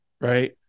right